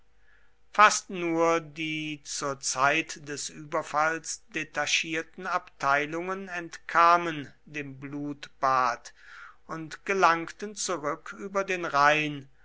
fast nur die zur zeit des überfalls detachierten abteilungen entkamen dem blutbad und gelangten zurück über den rhein